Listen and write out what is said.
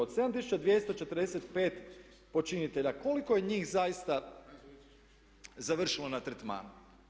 Od 7245 počinitelja koliko je njih zaista završilo na tretmanu.